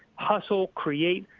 hustle, create,